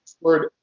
word